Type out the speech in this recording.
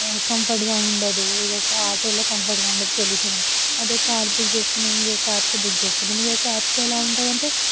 కంఫర్ట్గా ఉండదు ఇక ఆటోలో కంఫర్ట్గా ఉండదు పొల్యూషన్ అదే కార్ బుక్ చేసుకున్నాము ఇంకా క్యాబ్స్ బుక్ చేసుకుంటాము ఇక క్యాబ్స్లో ఎలా ఉంటుంది అంటే